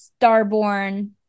starborn